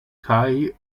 kai